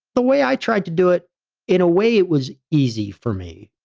the way i tried to do it in a way it was easy for me,